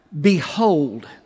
Behold